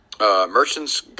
Merchants